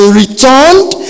returned